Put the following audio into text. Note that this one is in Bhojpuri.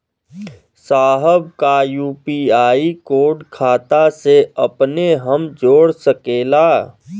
साहब का यू.पी.आई कोड खाता से अपने हम जोड़ सकेला?